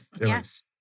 yes